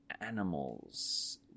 animals